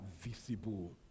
visible